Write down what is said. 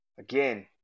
Again